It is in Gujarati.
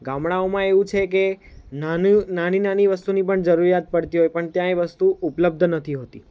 ગામડાઓમાં એવું છે કે નાનું નાની નાની વસ્તુની પણ જરૂરિયાત પડતી હોય પણ ત્યાં એ વસ્તુ ઉપલબ્ધ નથી હોતી